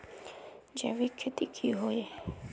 जैविक खेती की होय?